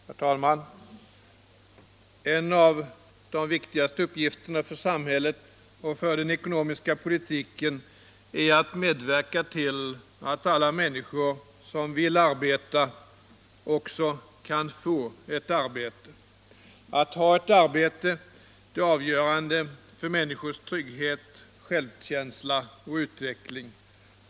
Herr talman! En av de viktigaste uppgifterna för samhället och för den ekonomiska politiken är att medverka till att alla människor som vill arbeta också kan få ett arbete. Att ha ett arbete är avgörande för människors trygghet, självkänsla och utveckling.